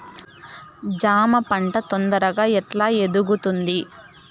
జామ పంట తొందరగా ఎట్లా ఎదుగుతుంది?